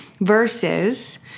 versus